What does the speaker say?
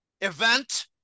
event